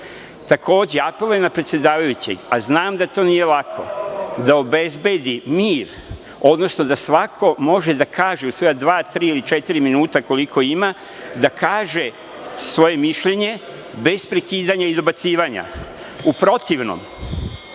grupa. Takođe, apelujem na predsedavajućeg, a znam da to nije lako, da obezbedi mir, odnosno da svako može da kaže u dva, tri, četiri minuta, koliko ima, da kaže svoje mišljenje, bez prekidanja i dobacivanja. U protivnom,